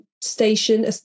Station